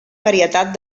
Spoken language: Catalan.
varietat